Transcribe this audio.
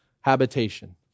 habitation